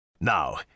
Now